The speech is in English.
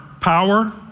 power